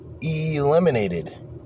eliminated